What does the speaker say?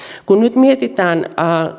kun nyt mietitään